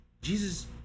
Jesus